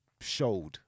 showed